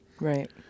Right